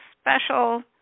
special